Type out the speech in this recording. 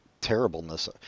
Terribleness